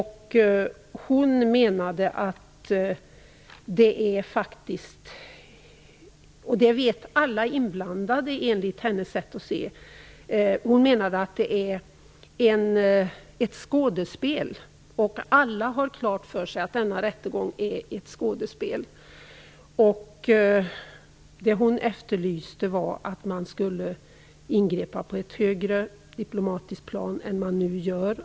Hon menar att alla inblandade har klart för sig att rättegången är ett skådespel. Hon efterlyser ett ingripande från ett högre diplomatiskt plan.